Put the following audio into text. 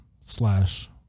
slash